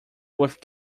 worth